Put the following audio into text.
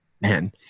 man